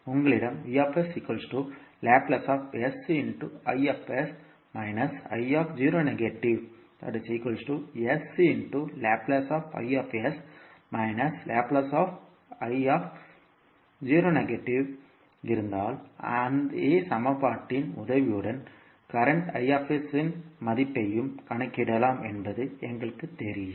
உங்களிடம் இருந்தால் அதே சமன்பாட்டின் உதவியுடன் தற்போதைய I இன் மதிப்பையும் கணக்கிடலாம் என்பது எங்களுக்குத் தெரியும்